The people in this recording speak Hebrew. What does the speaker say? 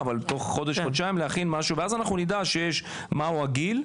תוך חודש-חודשיים ואז שאנחנו נדע מהו הגיל,